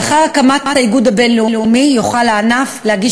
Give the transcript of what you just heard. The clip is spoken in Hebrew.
לאחר הקמת האיגוד הבין-לאומי יוכל הענף להגיש